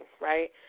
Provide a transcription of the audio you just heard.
right